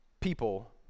people